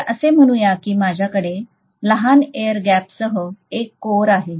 तर असे म्हणूया की माझ्याकडे लहान एअर गॅपसह एक कोर आहे